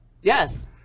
Yes